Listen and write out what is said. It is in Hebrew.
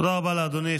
תודה רבה לאדוני.